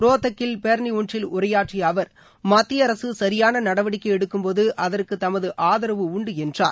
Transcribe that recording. ரோத்தக்கின் பேரணி ஒன்றில் உரையாற்றிய அவர் மத்திய அரசு சுரியான நடவடிக்கை எடுக்கும்போது அதற்கு தமது ஆதரவு உண்டு என்றார்